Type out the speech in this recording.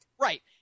Right